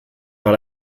vers